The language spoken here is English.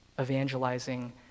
evangelizing